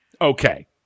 Okay